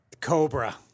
Cobra